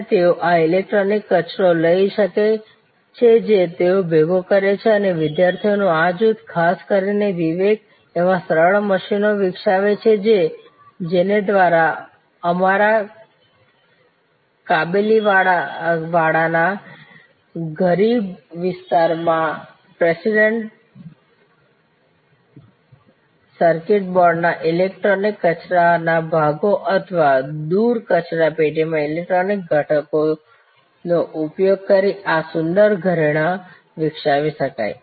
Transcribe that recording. અને તેઓ આ ઈલેક્ટ્રોનિક કચરો લઈ શકે છે જે તેઓ ભેગો કરે છે અને વિદ્યાર્થીઓનું આ જૂથ ખાસ કરીને વિવેક એવા સરળ મશીનો વિકસાવે છે કે જેના દ્વારા અમારા કાબલીવાલાના ગરીબ વિસ્તાર માં પ્રિન્ટેડ સર્કિટ બોર્ડના ઈલેક્ટ્રોનિક કચરાના ભાગો અથવા દૂર કચરાપેટીમાં ઈલેક્ટ્રોનિક ઘટકોનો ઉપયોગ કરીને આ સુંદર ઘરેણાં વિકસાવી શકે છે